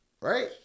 Right